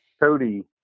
Cody